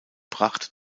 brachte